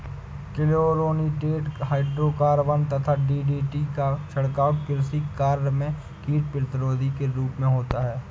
chlorinated hydrocarbon यथा DDT का छिड़काव कृषि कार्य में कीट प्रतिरोधी के रूप में होता है